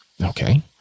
Okay